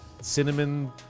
Cinnamon